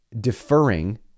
deferring